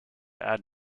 add